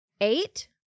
eight